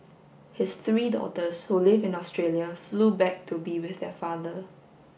his three daughters who live in Australia flew back to be with their father